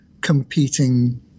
competing